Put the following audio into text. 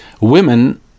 women